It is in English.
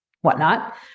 whatnot